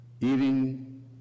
eating